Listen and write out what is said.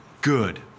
good